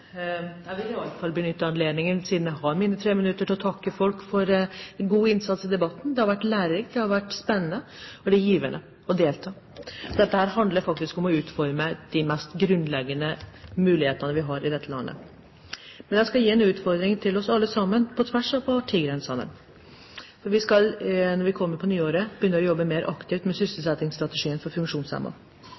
Jeg vil i alle fall benytte anledningen, siden jeg har 3 minutter, til å takke folk for en god innsats i debatten. Det har vært lærerikt, det har vært spennende, og det har vært givende å delta. For det handler faktisk om å utforme de mest grunnleggende mulighetene vi har i dette landet. Jeg skal gi en utfordring til oss alle sammen, på tvers av partigrensene, for på nyåret skal vi begynne å jobbe mer aktivt med sysselsettingsstrategien for